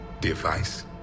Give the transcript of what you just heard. ...device